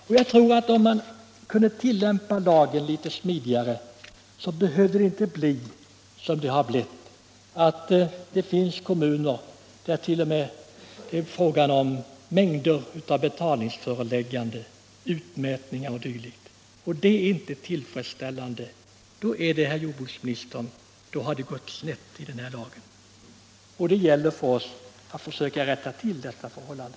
Om lagen kunde tillämpas litet smidigare behövde det inte bli som det har blivit. Det finns t.o.m. kommuner där det är fråga om mängder av betalningsförelägganden, utmätningar o. d. Det är inte tillfredsställande. Då har det, herr jordbruksminister, gått snett med tillämpningen av renhållningslagen. Och det gäller för oss att försöka rätta till detta förhållande.